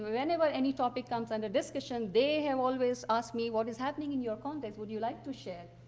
whenever any topic comes under discussion. they have always asked me, what is happening in your context, would you like to share?